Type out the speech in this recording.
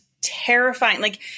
terrifying—like